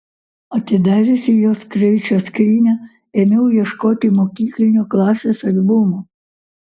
atidariusi jos kraičio skrynią ėmiau ieškoti mokyklinio klasės albumo